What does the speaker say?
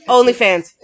OnlyFans